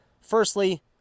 Firstly